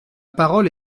parole